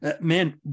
man